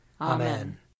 Amen